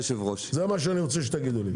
זה מה שאני רוצה שתגידו לי.